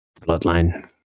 Bloodline